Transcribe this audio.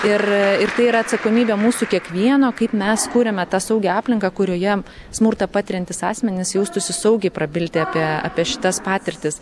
ir ir tai yra atsakomybė mūsų kiekvieno kaip mes kuriame tą saugią aplinką kurioje smurtą patiriantys asmenys jaustųsi saugiai prabilti apie apie šitas patirtis